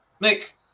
Nick